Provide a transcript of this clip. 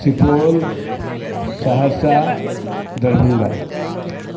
Supaul Saharsa Darbhanga